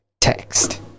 text